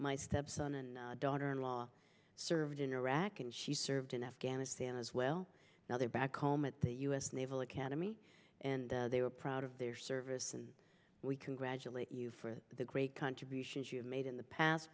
my step son and daughter in law served in iraq and she served in afghanistan as well now they're back home at the u s naval academy and they are proud of their service and we congratulate you for the great contributions you've made in the past